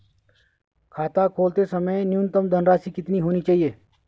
खाता खोलते समय न्यूनतम धनराशि कितनी होनी चाहिए?